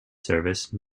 service